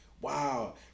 Wow